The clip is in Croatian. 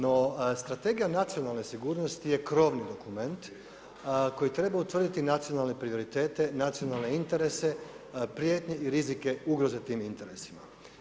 No, strategija nacionalne sigurnosti je krovni dokument, koji treba utvrditi, nacionalne prioritete, nacionalne interese, prijetnje i rizike, ugroze interesima.